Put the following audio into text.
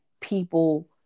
people